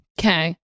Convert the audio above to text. okay